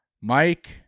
Mike